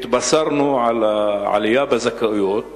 והתבשרנו על העלייה בזכאויות.